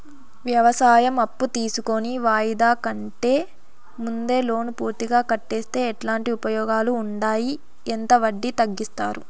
వ్యవసాయం అప్పు తీసుకొని వాయిదా కంటే ముందే లోను పూర్తిగా కట్టేస్తే ఎట్లాంటి ఉపయోగాలు ఉండాయి? ఎంత వడ్డీ తగ్గిస్తారు?